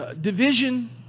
division